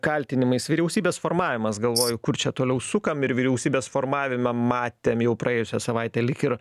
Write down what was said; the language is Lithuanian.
kaltinimais vyriausybės formavimas galvoju kur čia toliau sukam ir vyriausybės formavimą matėm jau praėjusią savaitę lyg ir